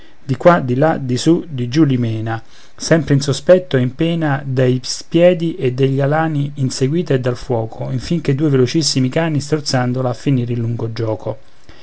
di qua di là di su di giù li mena sempre in sospetto e in pena dai spiedi e dagli alani inseguita e dal foco infin che due velocissimi cani strozzandola finr il lungo gioco